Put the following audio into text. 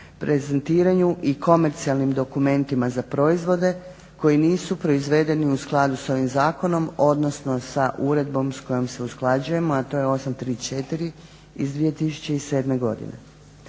prezentiranju i komercijalnim dokumentima za proizvode koji nisu proizvedeni u skladu sa ovim zakonom, odnosno sa uredbom s kojom se usklađujemo a to je 834 iz 2007. godine.